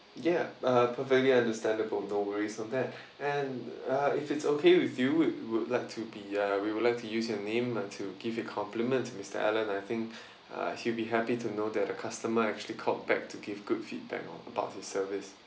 ya uh perfectly understandable no worries on that and uh if it's okay with you would would you like to be uh we would like to use your name uh to give a compliment to mister alan I think uh he'll be happy to know that a customer actually called back to give good feedback about his service